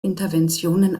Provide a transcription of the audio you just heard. interventionen